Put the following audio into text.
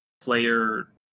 player